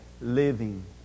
living